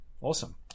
awesome